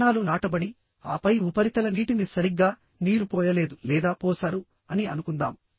విత్తనాలు నాటబడి ఆపై ఉపరితల నీటిని సరిగ్గా నీరు పోయలేదు లేదా పోసారు అని అనుకుందాం